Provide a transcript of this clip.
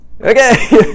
okay